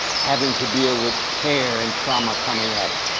having to deal with terror and trauma coming at it.